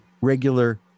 regular